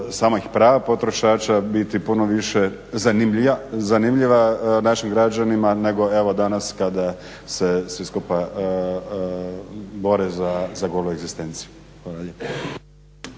samih prava potrošača biti puno više zanimljiva našim građanima nego evo danas kada se svi skupa bore za golu egzistenciju.